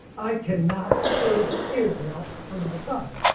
i cannot curse israel from outside.